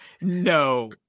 No